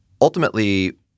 Ultimately